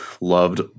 loved